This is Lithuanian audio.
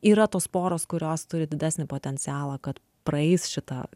yra tos poros kurios turi didesnį potencialą kad praeis šitą